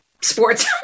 sports